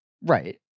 Right